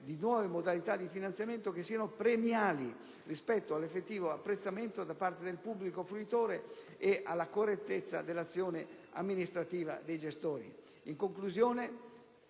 di nuove modalità di finanziamento che siano premiali rispetto all'effettivo apprezzamento da parte del pubblico fruitore e alla correttezza dell'azione amministrativa dei gestori.